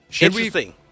Interesting